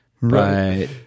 Right